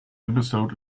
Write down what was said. episode